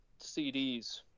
CDs